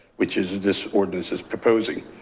which is this ordinance is proposing.